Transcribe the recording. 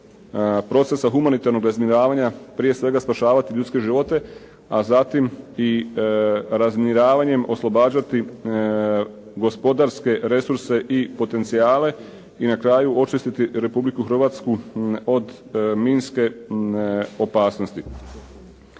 procesa humanitarnog razminiravanja prije svega spašavati ljudske živote, a zatim i razminiravanjem oslobađati gospodarske resurse i potencijale i na kraju, očistiti Republiku Hrvatsku od minske opasnosti.